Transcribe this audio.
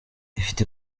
ifite